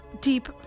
deep